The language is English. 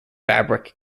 fabric